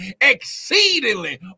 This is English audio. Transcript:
exceedingly